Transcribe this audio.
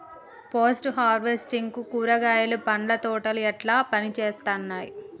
Post harvesting లో కూరగాయలు పండ్ల తోటలు ఎట్లా పనిచేత్తనయ్?